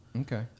okay